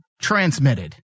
transmitted